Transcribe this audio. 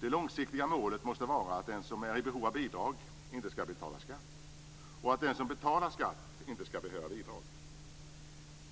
Det långsiktiga målet måste vara att den som är i behov av bidrag inte skall betala skatt och att den som betalar skatt inte skall behöva bidrag.